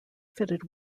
fitted